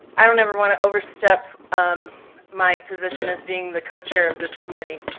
i don't ever want to overstep um my position as being the co-chair of this committee.